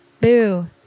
Boo